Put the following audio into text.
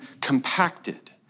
compacted